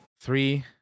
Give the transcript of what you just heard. Three